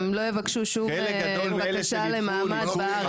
הם לא יבקשו בקשה למעמד בארץ.